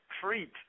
treat